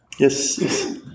Yes